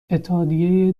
اتحادیه